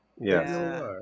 Yes